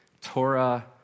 Torah